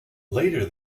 later